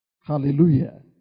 Hallelujah